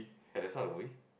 at the start of the movie